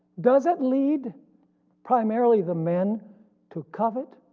does it lead primarily the men to covet?